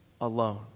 alone